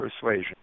persuasion